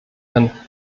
herrn